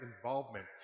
involvement